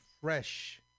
fresh